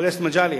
חבר הכנסת מגלי,